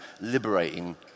liberating